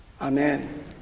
Amen